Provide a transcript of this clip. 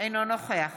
אינו נוכח